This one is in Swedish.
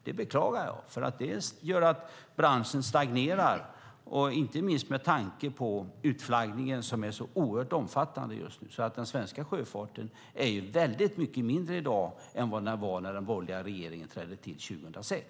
Det beklagar jag, för det gör att branschen stagnerar, inte minst med tanke på utflaggningen, som är oerhört omfattande just nu. Den svenska sjöfarten är mycket mindre i dag än vad den var när den borgerliga regeringen tillträdde 2006.